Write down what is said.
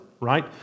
right